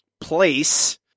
place